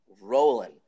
rolling